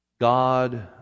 God